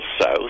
South